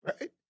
right